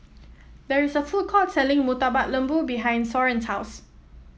there is a food court selling Murtabak Lembu behind Soren's house